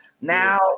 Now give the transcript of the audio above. Now